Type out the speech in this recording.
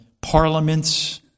parliaments